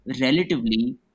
relatively